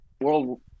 world